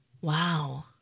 Wow